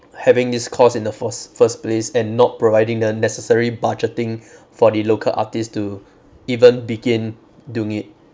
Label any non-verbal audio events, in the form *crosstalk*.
having this course in the force first place and not providing the necessary budgeting *breath* for the local artist to even begin doing it